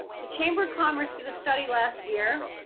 the chamber commerce did a study last year.